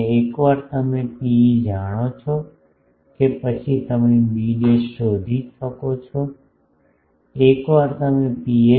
અને એકવાર તમે ρe જાણો છો કે પછી તમે b શોધી શકો છો એકવાર તમે